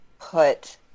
put